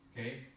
okay